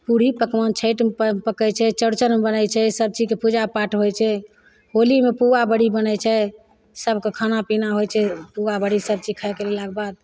पूरी पकवान छैठमे पकइ छै चौरचनमे बनय छै सब चीजके पूजा पाठ होइ छै होलीमे पुआ बड़ी बनय छै सबके खाना पीना होइ छै पुआ बड़ी सब चीज खाइ पीलाके बाद